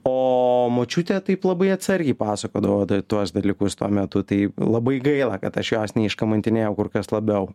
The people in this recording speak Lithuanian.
o močiutė taip labai atsargiai pasakodavo tuos dalykus tuo metu tai labai gaila kad aš jos neiškamantinėjau kur kas labiau